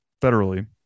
federally